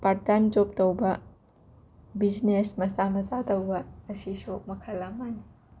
part time job ꯇꯧꯕ business ꯃꯆꯥ ꯃꯆꯥ ꯇꯧꯕ ꯑꯁꯤꯁꯨ ꯃꯈꯜ ꯑꯃꯅꯤ